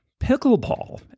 pickleball